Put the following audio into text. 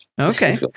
Okay